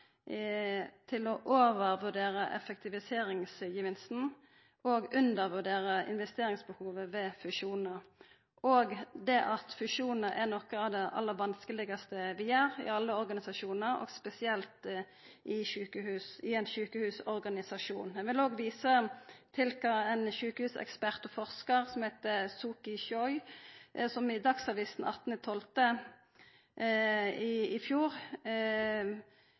til å overvurdera effektiviseringsgevinsten og undervurdera investeringsbehovet ved fusjonar, og at fusjonar er noko av det vanskelegaste vi gjer i alle organisasjonar – og spesielt i ein sjukehusorganisasjon. Eg vil visa til kva ein sjukehusekspert og forskar som heiter Soki Choi, sa i Dagsavisen den 18. desember i fjor: